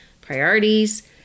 priorities